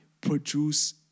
produce